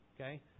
okay